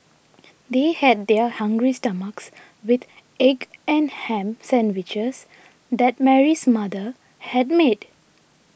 they head their hungry stomachs with egg and ham sandwiches that Mary's mother had made